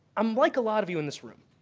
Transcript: i'm like a lot of you in this room.